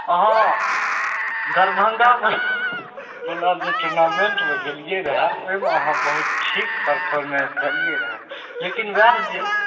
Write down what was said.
अहाँ दरभंगावला वला जे टुर्नामेन्टमे गेलियै रहय ओइमे अहाँ बहुत ठीक परफॉर्मेंस देलियै रहय लेकिन वएह जे